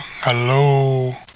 hello